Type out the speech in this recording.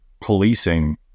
policing